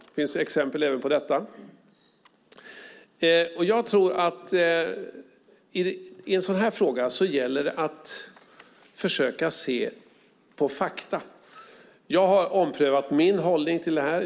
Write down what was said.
Det finns exempel även på detta. Jag tror att det i en sådan här fråga gäller att försöka se på fakta. Jag har omprövat min hållning till det här.